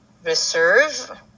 Reserve